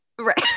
right